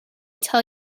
tell